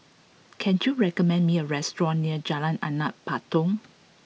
can you recommend me a restaurant near Jalan Anak Patong